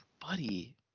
buddy